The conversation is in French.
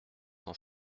cent